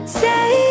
say